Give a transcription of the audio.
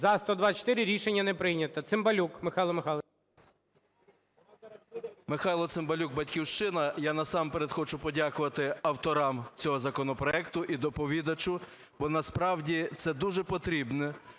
12:57:33 ЦИМБАЛЮК М.М. Михайло Цимбалюк, "Батьківщина". Я насамперед хочу подякувати авторам цього законопроекту і доповідачу, бо, насправді, це дуже потрібне